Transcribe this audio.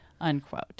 unquote